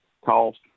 Cost